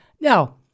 now